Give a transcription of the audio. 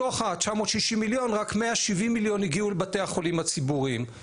מתוך ה-960 מיליון רק 170 מיליון הגיעו לבתי החולים הציבוריים.